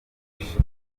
byinshi